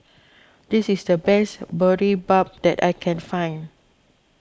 this is the best Boribap that I can find